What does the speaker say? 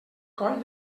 coll